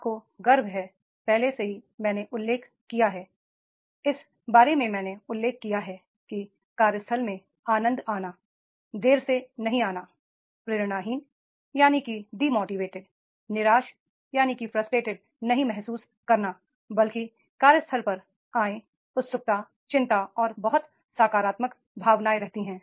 आपको गर्व है पहले से ही मैंने उल्लेख किया है इस बारे में मैंने उल्लेख किया है कि कार्यस्थल में आनंद आना देर से नहीं आना प्रेरणाहीन निराश नहीं महसूस करना बल्कि कार्यस्थल पर आएं उत्सुकता चिं ता और बहुत सकारात्मक भावनाएं रहती हैं